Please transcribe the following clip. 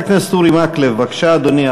חבר הכנסת אורי מקלב, בבקשה, אדוני.